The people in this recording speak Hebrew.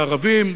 לערבים.